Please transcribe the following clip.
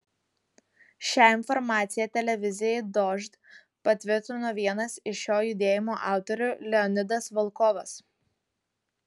šią informaciją televizijai dožd patvirtino vienas iš šio judėjimo autorių leonidas volkovas